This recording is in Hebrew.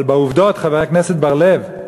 אבל בעובדות, חבר הכנסת בר-לב,